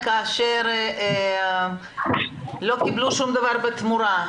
כאשר לא קיבלו שום דבר בתמורה?